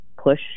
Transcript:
push